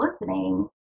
listening